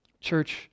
Church